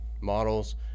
models